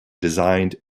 designed